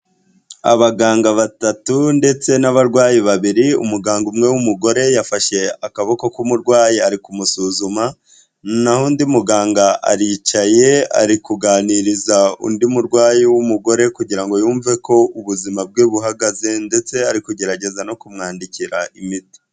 Abaganga batatu ndetse n'abarwayi babiri, umuganga umwe w'umugore yafashe akaboko k'umurwayi ari kumusuzuma naho undi muganga aricaye, ari kuganiriza undi murwayi w'umugore kugira ngo yumve uko ubuzima bwe buhagaze ndetse ari kugerageza no kumwandikira imiti.